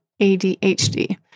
ADHD